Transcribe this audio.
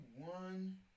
one